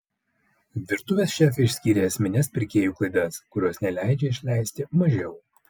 virtuvės šefė išskyrė esmines pirkėjų klaidas kurios neleidžia išleisti mažiau